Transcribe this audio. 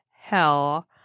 hell